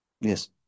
yes